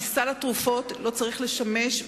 כי סל התרופות לא צריך לשמש,